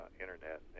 internet